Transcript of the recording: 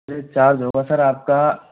charge होगा sir आपका